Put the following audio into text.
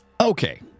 Okay